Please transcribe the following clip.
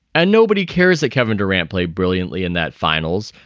and nobody cares that kevin durant played brilliantly in that finals.